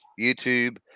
youtube